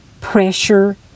pressure